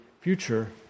future